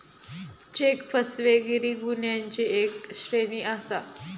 check फसवेगिरी गुन्ह्यांची एक श्रेणी आसा